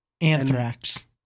Anthrax